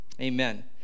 Amen